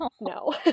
No